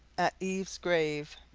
at eve's grave